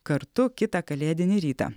kartu kitą kalėdinį rytą